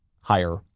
higher